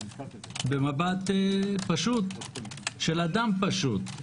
במבט פשוט של אדם פשוט,